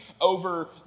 over